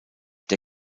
der